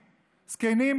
זקנים,